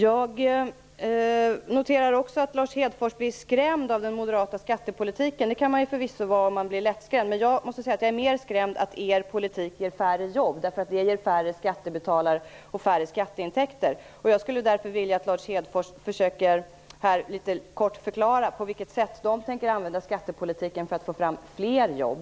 Jag noterar också att Lars Hedfors blir skrämd av den moderata skattepolitiken. Det kan man förvisso bli om man är lättskrämd. Men jag är mer skrämd över att er politik ger färre jobb, eftersom den ger färre skattebetalare och lägre skatteintäkter. Jag skulle därför vilja att Lars Hedfors kortfattat försöker förklara på vilket sätt Socialdemokraterna tänker använda skattepolitiken för att få fram fler jobb.